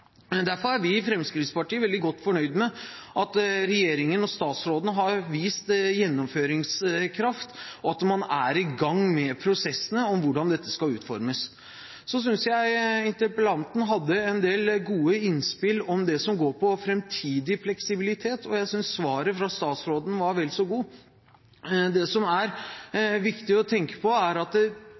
Derfor er vi i Fremskrittspartiet veldig godt fornøyd med at regjeringen og statsråden har vist gjennomføringskraft, og at man er i gang med prosessene om hvordan dette skal utformes. Jeg synes også interpellanten hadde en del gode innspill om det som handler om framtidig fleksibilitet, og jeg synes svaret fra statsråden var vel så godt. Det som er viktig å tenke på, er at